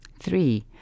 Three